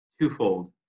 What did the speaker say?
twofold